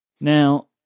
Now